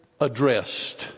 Addressed